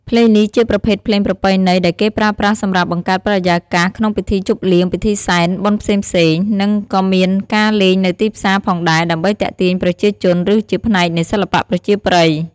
ភ្លេងនេះជាប្រភេទភ្លេងប្រពៃណីដែលគេប្រើប្រាស់សម្រាប់បង្កើតបរិយាកាសក្នុងពិធីជប់លៀង ពិធីសែន បុណ្យផ្សេងៗ និងក៏មានការលេងនៅទីផ្សារផងដែរ ដើម្បីទាក់ទាញប្រជាជន ឬជាផ្នែកនៃសិល្បៈប្រជាប្រិយ។